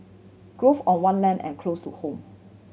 on one land and close to home